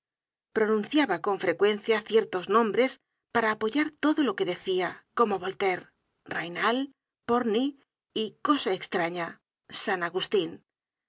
pronunciaba con frecuencia ciertos nombres para apoyar todo lo que decia como voltaire raynal porny y cosa estraña san agustin